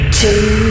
two